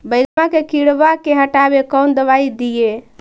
बैगनमा के किड़बा के हटाबे कौन दवाई दीए?